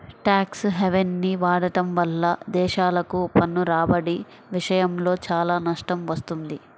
tax హెవెన్ని వాడటం వల్ల దేశాలకు పన్ను రాబడి విషయంలో చాలా నష్టం వస్తుంది